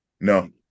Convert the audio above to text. No